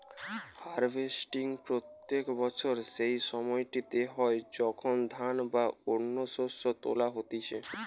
harvesting প্রত্যেক বছর সেই সময়টিতে হয় যখন ধান বা অন্য শস্য তোলা হতিছে